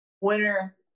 Winner